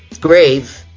grave